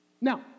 Now